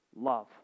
Love